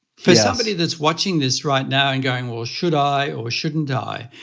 for somebody that's watching this right now and going, well, should i or shouldn't i,